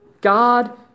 God